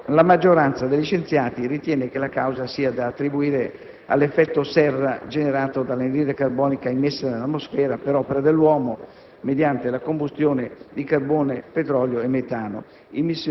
Per quanto riguarda il riscaldamento globale in atto, la maggioranza degli scienziati ritiene che la causa sia da attribuire all'effetto serra generato dall'anidride carbonica immessa nell'atmosfera per opera dell'uomo